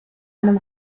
einem